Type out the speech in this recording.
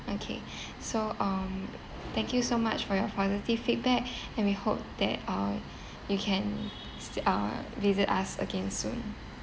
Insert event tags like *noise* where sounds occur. okay *breath* so um thank you so much for your positive feedback *breath* and we hope that uh you can s~ uh visit us again soon